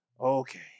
Okay